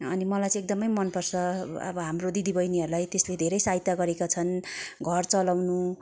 अनि मलाई चाहिँ एकदमै मनपर्छ अब हाम्रो दिदीबहिनीहरूलाई त्यसले धेरै सहायता गरेका छन् घर चलाउनु